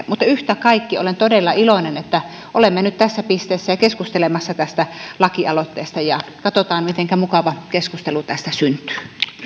mutta yhtä kaikki olen todella iloinen että olemme nyt tässä pisteessä ja keskustelemassa tästä lakialoitteesta katsotaan mitenkä mukava keskustelu tästä syntyy